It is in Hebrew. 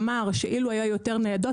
אמר שאילו היו יותר ניידות,